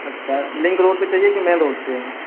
अच्छा ring road पर चाहिए या मेन रोड पर